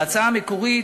בהצעה המקורית